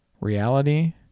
reality